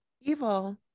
Evil